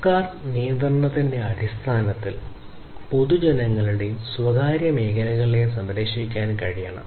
സർക്കാർ നിയന്ത്രണത്തിന്റെ അടിസ്ഥാനത്തിൽ പൊതുജനങ്ങളെയും സ്വകാര്യ മേഖലകളെയും സംരക്ഷിക്കാൻ കഴിയണം